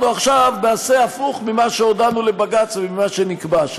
אנחנו עכשיו נעשה הפוך ממה שהודענו לבג"ץ וממה שנקבע שם.